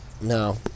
no